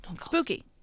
spooky